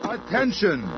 Attention